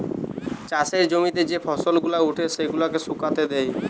চাষের জমিতে যে ফসল গুলা উঠে সেগুলাকে শুকাতে দেয়